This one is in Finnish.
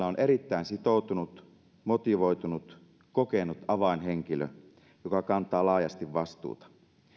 on erittäin sitoutunut motivoitunut kokenut avainhenkilö joka kantaa laajasti vastuuta